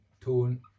tone